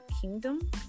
kingdom